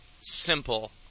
simple